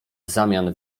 zamian